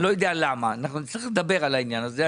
אני לא יודע למה, אנחנו נצטרך לדבר על העניין הזה.